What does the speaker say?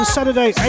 Saturday